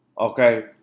Okay